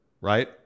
right